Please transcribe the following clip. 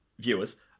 viewers